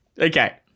Okay